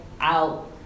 out